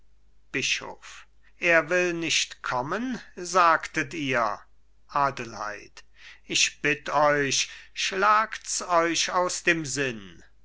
bischof er will nicht kommen sagtet ihr adelheid ich bitt euch schlagt's euch aus dem sinn